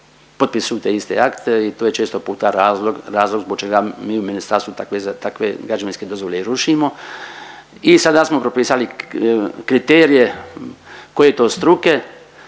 potpisuju te iste akte i to je često puta razlog zbog čega mi u ministarstvu takve građevinske dozvole i rušimo. I sada smo propisali kriterije koje to struke,